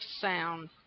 sound